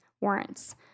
warrants